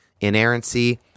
inerrancy